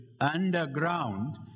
underground